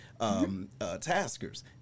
taskers